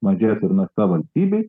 mažės ir našta valstybei